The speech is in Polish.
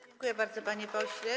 Dziękuję bardzo, panie pośle.